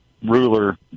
ruler